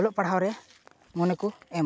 ᱚᱞᱚᱜ ᱯᱟᱲᱦᱟᱣ ᱨᱮ ᱢᱚᱱᱮ ᱠᱚ ᱮᱢᱟ